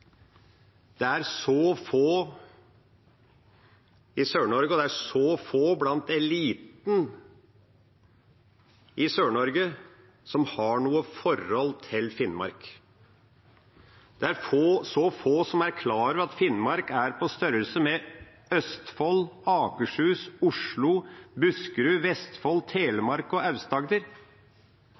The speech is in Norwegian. Det er så få i Sør-Norge, og det er så få blant eliten i Sør-Norge, som har noe forhold til Finnmark. Det er så få som er klar over at Finnmark er på størrelse med Østfold, Akershus, Oslo, Buskerud, Vestfold, Telemark og